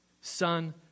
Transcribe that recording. son